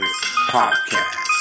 Podcast